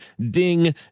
DING